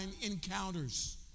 encounters